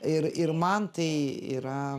ir ir man tai yra